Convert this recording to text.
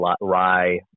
rye